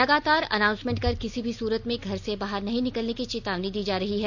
लगातार अनाउंसमेंट कर किसी भी सूरत में घर के बाहर नहीं निकलने की चेतावनी दी जा रही है